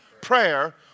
prayer